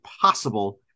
possible